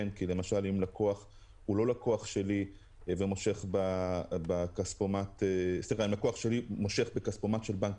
כי למשל אם לקוח שלי מושך בכספומט של בנק